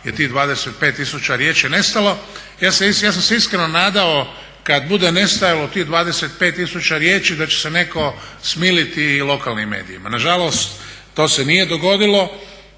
je tih 25 tisuća riječi nestalo. Ja sam se iskreno nadao kada bude nestajalo tih 25 tisuća riječi da će se netko smiliti i lokalnim medijima. Nažalost, to se nije dogodilo.